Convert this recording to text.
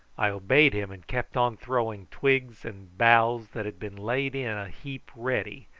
i obeyed him and kept on throwing twigs and boughs that had been laid in a heap ready,